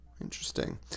Interesting